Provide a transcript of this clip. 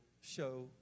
show